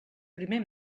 primer